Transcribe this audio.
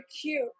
cute